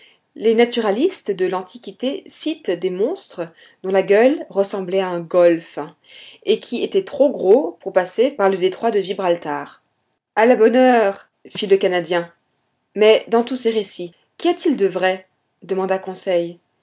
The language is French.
les naturalistes de l'antiquité citent des monstres dont la gueule ressemblait à un golfe et qui étaient trop gros pour passer par le détroit de gibraltar a la bonne heure fit le canadien mais dans tous ces récits qu'y a-t-il de vrai demanda conseil